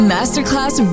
Masterclass